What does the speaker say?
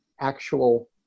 actual